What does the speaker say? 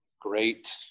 great